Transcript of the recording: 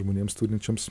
žmonėms turinčioms